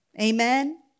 Amen